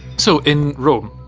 so in rome,